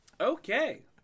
Okay